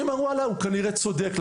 אני אומר וואלה הוא כנראה צודק,